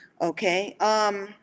Okay